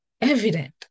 evident